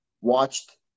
Watched